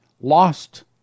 lost